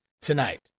tonight